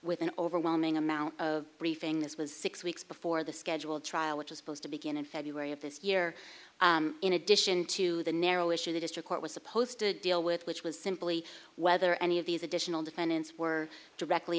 with an overwhelming amount of briefing this was six weeks before the scheduled trial which was supposed to begin in february of this year in addition to the narrow issue the district court was supposed to deal with which was simply whether any of these additional defendants were directly